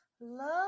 love